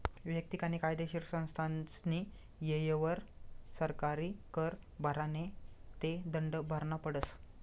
वैयक्तिक आणि कायदेशीर संस्थास्नी येयवर सरकारी कर भरा नै ते दंड भरना पडस